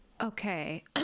Okay